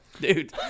Dude